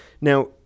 Now